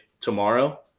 tomorrow